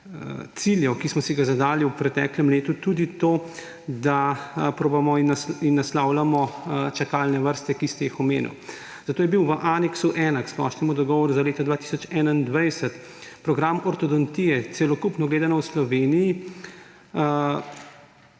ciljev, ki smo si jih zadali v preteklem letu, tudi to, da probamo in naslavljamo čakalne vrste, ki ste jih omenili. Zato je bil v Aneksu 1 k splošnemu dogovoru za leto 2021 program ortodontije, celokupno gledano v Sloveniji,